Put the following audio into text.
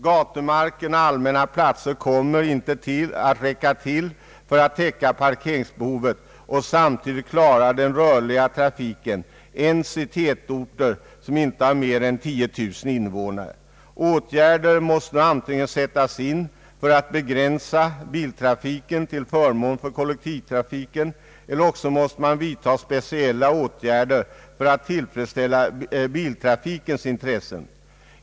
Gatumark och allmänna platser kommer inte att räcka till för att täcka parkeringsbehovet och samtidigt klara den rörliga trafiken ens i de tätorter som inte har mer än 10000 invånare. Antingen måste åtgärder sättas in för att begränsa biltrafiken till förmån för kollektivtrafiken, eller också måste man vidtaga speciella åtgärder för att tillfredsställa biltrafikens intressen.